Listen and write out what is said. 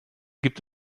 gibt